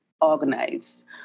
organized